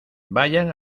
vayan